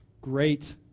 great